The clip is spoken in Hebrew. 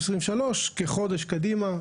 כחודש קדימה.